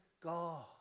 God